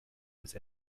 was